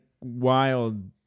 wild